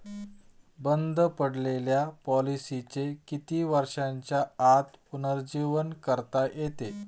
बंद पडलेल्या पॉलिसीचे किती वर्षांच्या आत पुनरुज्जीवन करता येते?